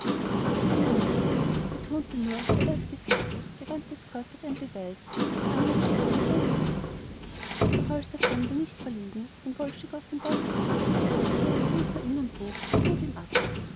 der krämer nickte betonte nur weil das geflickte gewand des käufers ein beweis der armut schien den hohen preis doch als der fremde nicht verlegen ein goldstück aus dem beutel zog bracht er das pulver ihm und wog ein lot ihm ab